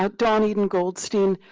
ah dawn eden goldstein,